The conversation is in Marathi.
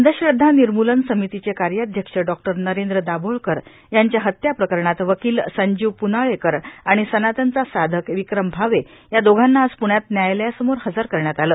अंधश्रद्धा निर्मूलन समितीचे कार्याध्यक्ष डॉक्टर नरेंद्र दाभोलकर यांच्या हत्या प्रकरणात वकील संजीव पुनाळेकर आणि सनातनचा साधक विक्रम भावे या दोघांना आज पूण्यात व्यायालयासमोर हजर करण्यात आलं